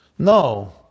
No